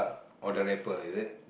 or the rapper is it